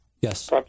Yes